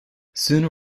sooner